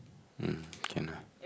mm can ah